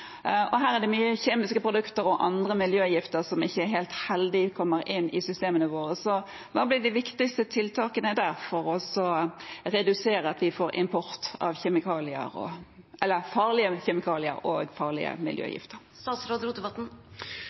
og ikke netthandel. Her er det mange kjemiske produkter og andre miljøgifter som det ikke er helt heldig at kommer inn i systemene våre. Hva blir de viktigste tiltakene for å få en reduksjon i importen av farlige kjemikalier og farlige